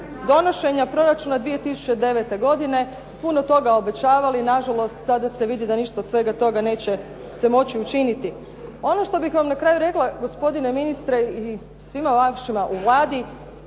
donošenja proračuna 2009. godine puno toga obećavali, nažalost, sada se vidi da ništa od svega toga se neće moći učiniti. Ono što bih vam na kraju rekla, gospodine ministre i svima vašima u Vladi